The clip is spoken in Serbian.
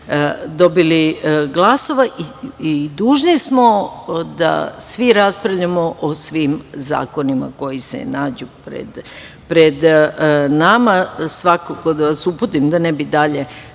dobili glasova. Dužni smo da raspravljamo o svim zakonima koji se nađu pred nama. Svakako da vas uputim, da ne bi dalje